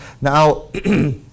Now